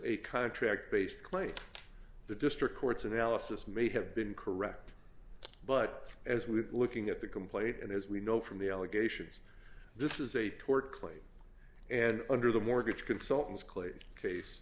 a contract based claim the district courts analysis may have been correct but as we looking at the complaint and as we know from the allegations this is a tort claim and under the mortgage consultants c